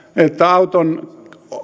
että auton